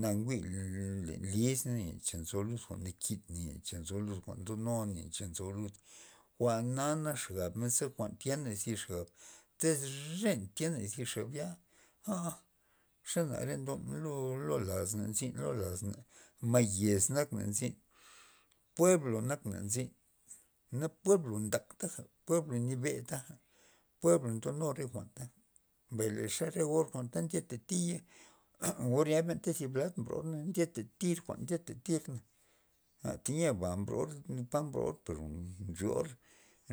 Na njwi' len lizna cha nzo lud jwa'n nakin chan nzo lud jwa'n ndonun ne n cha nzo lud jwa'na nak xabmen ze kuan tyenla thi xab tez re tyena thi xab ya ja xanare ndon lo- lo laz na nzyn lo lazna ma yez nakna nzin pueblo nakna nzin mbay na pueblo ntak ja na pueblo nabe taja ndonu re jwa'n mbay na re ze or ta nketatiy or ya benta zi lad mbro na ndatir jwa'n ndatir re teyia ba mbror pa mbror per rior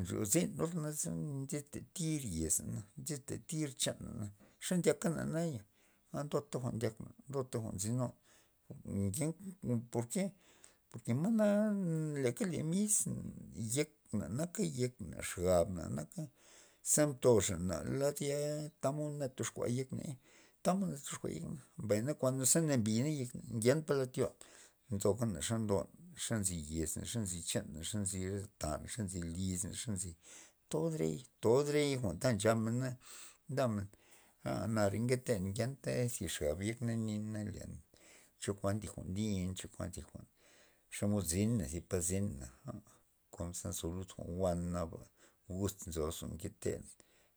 nrio zinor na ndetatir yez ndetair chana xe ndyakana naya an dota jwa'n ndyakor lota jwa'n nzynur ngenta porke porke mana miska le misna yekna naka yeknan xabna naka za mtoxana lad ya tamod nak ndoxkua yekney tamod ndotoxkua yekna na kuando ze nambi nak yekna ngenta palad tyo nzogana xe ndon xa nzy yezna xa nzi chana xa nzi re tan xa nzi lisna todrey- todrey jwa'n ta nchamena ndamen nare nketen ngenta zixa gax yekna na nin chokuan thi jwa'n lin chokuan zi jwa'n xomod zina thi pa zina konke nzo lud jwa'n jwa'n naba guz nzo lozon nketen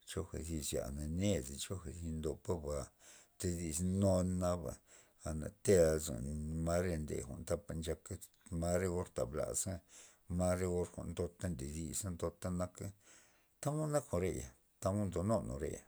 choga zyana thi ned per choja ndo por ba todisnun naba ana tea lozon ma re ma jwa'n tapa nchaka mar re or ta blaza ma re or ndoy ta ndodisa ndota naka tamod naka jwa'reya tamod nzonun jwa'reya.